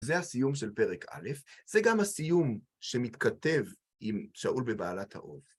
זה הסיום של פרק א', זה גם הסיום שמתכתב עם שאול בבעלת האוב.